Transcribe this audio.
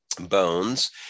bones